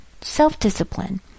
self-discipline